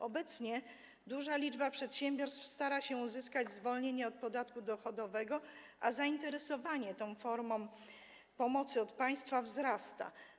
Obecnie duża liczba przedsiębiorstw stara się uzyskać zwolnienie od podatku dochodowego, a zainteresowanie tą formą pomocy od państwa wzrasta.